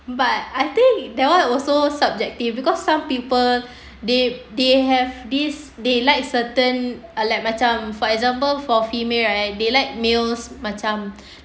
but I think that one also subjective because some people they they have this they like certain uh like macam for example for female right they like males macam